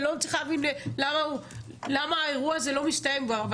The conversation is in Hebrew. אני לא מצליחה להבין למה האירוע הזה לא מסתיים כבר,